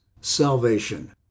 salvation